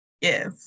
Yes